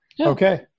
Okay